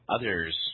others